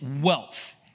wealth